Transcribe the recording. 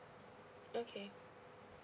okay